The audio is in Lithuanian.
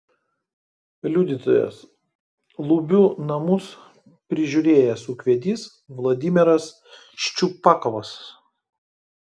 liudytojas lubių namus prižiūrėjęs ūkvedys vladimiras ščiupakovas